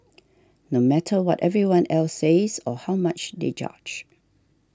no matter what everyone else says or how much they judge